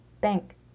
bank